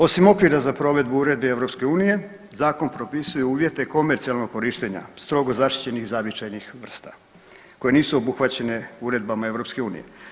Osim okvira za provedbu Uredbe Europske unije zakon propisuje uvjete komercijalnog korištenja strogo zaštićenih zavičajnih vrsta koje nisu obuhvaćene uredbama EU.